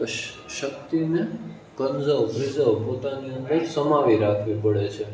તો શ શક્તિને કંઝર્વ પ્રીઝવ પોતાની અંદર સમાવી રાખવી પડે છે